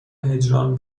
هجران